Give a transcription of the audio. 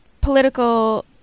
political